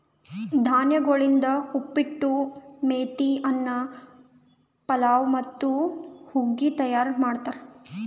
ಧಾನ್ಯಗೊಳಿಂದ್ ಉಪ್ಪಿಟ್ಟು, ಮೇತಿ ಅನ್ನ, ಪಲಾವ್ ಮತ್ತ ಹುಗ್ಗಿ ತೈಯಾರ್ ಮಾಡ್ತಾರ್